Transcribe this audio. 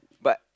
but